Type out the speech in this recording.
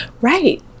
Right